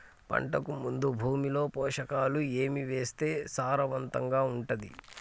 పంటకు ముందు భూమిలో పోషకాలు ఏవి వేస్తే సారవంతంగా ఉంటది?